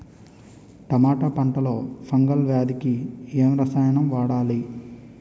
టమాటా పంట లో ఫంగల్ వ్యాధికి ఏ రసాయనం వాడాలి?